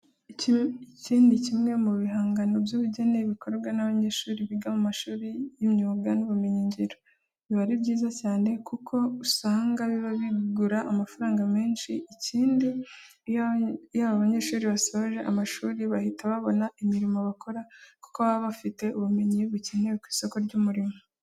Iki ni kimwe mu bihangano by'ubugeni bikorwa n'abanyeshuri biga mu mashuri y'imyuga n'ubumenyingiro. Biba ari byiza cyane kuko usanga biba bigura amafaranga menshi. Ikindi iyo aba banyeshuri basoje amashuri bahita babona imirimo bakora kuko baba bafite ubumenyi bukenewe ku isoko ry'umurimo.